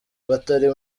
batari